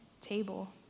table